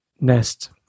nest